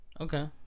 Okay